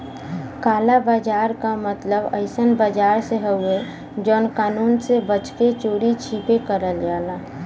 काला बाजार क मतलब अइसन बाजार से हउवे जौन कानून से बच के चोरी छिपे करल जाला